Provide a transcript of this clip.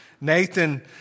Nathan